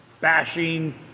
bashing